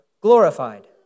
glorified